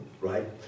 right